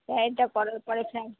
প্যারেডটা করার পরে ফ্ল্যাগ